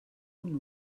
punt